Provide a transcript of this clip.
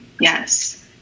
yes